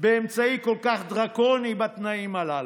באמצעי כל כך דרקוני בתנאים הללו.